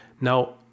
Now